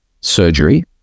surgery